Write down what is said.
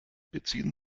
beziehen